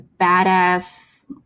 badass